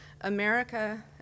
America